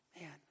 man